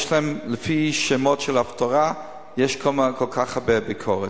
יש להם לפי שמות של ההפטרה, יש כל כך הרבה ביקורת.